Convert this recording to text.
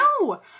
no